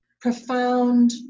profound